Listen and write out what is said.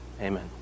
Amen